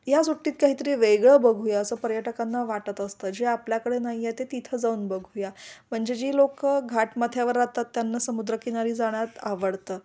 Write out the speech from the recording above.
या सुट्टीत काहीतरी वेगळं बघूया असं पर्यटकांना वाटत असतं जे आपल्याकडे नाहीये ते तिथं जाऊन बघूया म्हणजे जी लोकं घाटमाँथ्यावर राहतात त्यांना समुद्रकिनारी जाण्यात आवडतं